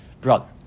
brother